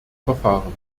verfahren